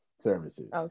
services